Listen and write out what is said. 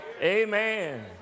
Amen